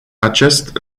acest